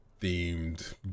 themed